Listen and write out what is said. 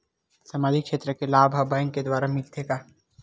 सामाजिक क्षेत्र के लाभ हा बैंक के द्वारा ही मिलथे का?